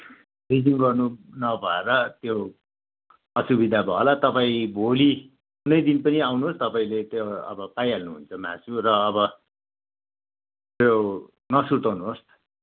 freezing गर्नु नभएर त्यो असुविधा भयो होला तपाईँ भोलि कुनै दिन पनि आउनुहोस् तपाईँले त्यो अब पाइहाल्नुहुन्छ मासु र अब त्यो नसुर्ताउनुहोस्